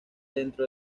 dentro